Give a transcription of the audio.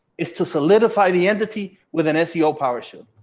is to solidify the entity with an seo powerchute.